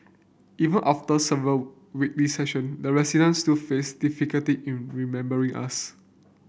even after several weekly session the residents still faced difficulty in remembering us